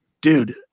dude